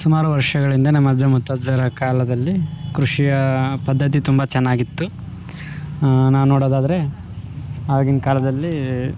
ಸುಮಾರು ವರ್ಷಗಳಿಂದ ನಮ್ಮ ಅಜ್ಜಮುತ್ತಜ್ಜರ ಕಾಲದಲ್ಲಿ ಕೃಷಿಯ ಪದ್ಧತಿ ತುಂಬ ಚೆನ್ನಾಗಿತ್ತು ನಾನು ನೋಡೋದಾದ್ರೆ ಆಗಿನ ಕಾಲದಲ್ಲಿ